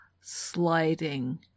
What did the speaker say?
sliding